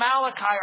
Malachi